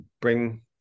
Bring